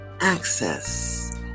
access